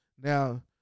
Now